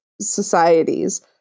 societies